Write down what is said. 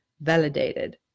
validated